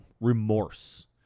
remorse